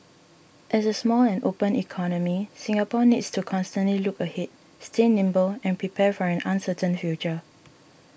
as a small and open economy Singapore needs to constantly look ahead stay nimble and prepare for an uncertain future